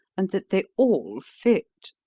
and that they all fit.